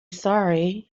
sorry